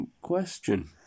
question